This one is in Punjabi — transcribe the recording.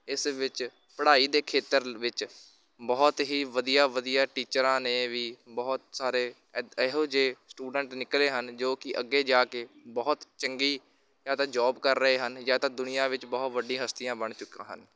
ਇਸ ਵਿੱਚ ਪੜ੍ਹਾਈ ਦੇ ਖੇਤਰ ਵਿੱਚ ਬਹੁਤ ਹੀ ਵਧੀਆ ਵਧੀਆ ਟੀਚਰਾਂ ਨੇ ਵੀ ਬਹੁਤ ਸਾਰੇ ਐਦ ਇਹੋ ਜਿਹੇ ਸਟੂਡੈਂਟ ਨਿਕਲੇ ਹਨ ਜੋ ਕਿ ਅੱਗੇ ਜਾ ਕੇ ਬਹੁਤ ਚੰਗੀ ਜਾਂ ਤਾਂ ਜੋਬ ਕਰ ਰਹੇ ਹਨ ਜਾਂ ਤਾਂ ਦੁਨੀਆਂ ਵਿੱਚ ਬਹੁਤ ਵੱਡੀ ਹਸਤੀਆਂ ਬਣ ਚੁੱਕਾ ਹਨ